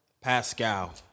Pascal